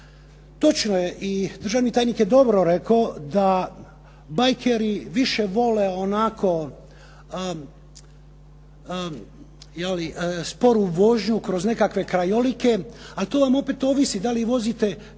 Točno je i državni tajnik je dobro rekao da bajkeri više vole onako, je li, sporu vožnju kroz nekakve krajolike, ali to vam opet ovisi da li vozite čopere